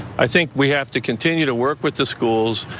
i think we have to continue to work with the schools.